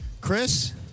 Chris